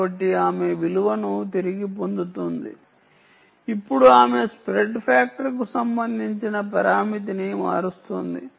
కాబట్టి ఆమె ఈ విలువను తిరిగి పొందుతుంది ఇప్పుడు ఆమె స్ప్రెడ్ ఫ్యాక్టర్కు సంబంధించిన పరామితిని మారుస్తోంది